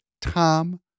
Tom